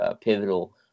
pivotal